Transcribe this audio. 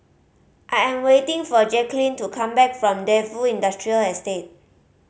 I am waiting for Jacquelynn to come back from Defu Industrial Estate